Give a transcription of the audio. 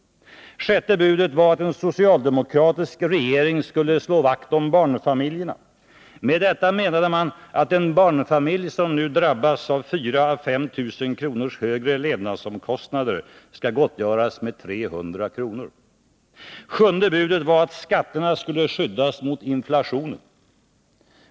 Sjätte budet var att en socialdemokratisk regering skulle slå vakt om barnfamiljerna. Med detta menade man att en barnfamilj som nu drabbas av 4000 å 5 000 kr. högre levnadsomkostnader skall gottgöras med 300 kr. Sjunde budet var att skatterna skulle skyddas mot inflationen.